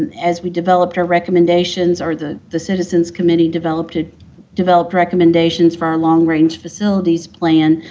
as we developed our recommendations or the the citizens committee developed ah developed recommendations for our long-range facilities plan,